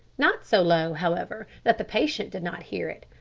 not so low, however, that the patient did not hear it,